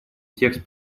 текст